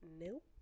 Nope